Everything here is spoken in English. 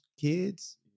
kids